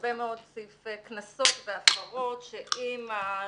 הרבה מאוד סעיפי קנסות והפרות שאם ה-G.P.S.